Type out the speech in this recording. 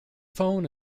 phone